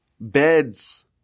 beds